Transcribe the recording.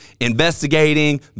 investigating